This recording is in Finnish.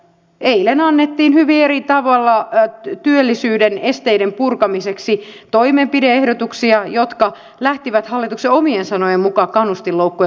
eilen annettiin hyvin eri tavalla työllisyyden esteiden purkamiseksi toimenpide ehdotuksia jotka lähtivät hallituksen omien sanojen mukaan kannustinloukkujen purkamisesta